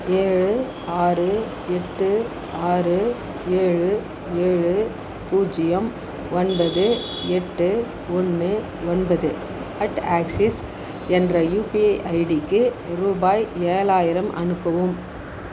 ஏழு ஆறு எட்டு ஆறு ஏழு ஏழு பூஜ்ஜியம் ஒன்பது எட்டு ஒன்று ஒன்பது அட் ஆக்சிஸ் என்ற யுபிஐ ஐடிக்கு ரூபாய் ஏழாயிரம் அனுப்பவும்